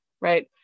Right